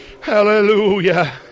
Hallelujah